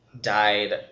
died